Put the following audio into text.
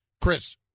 Chris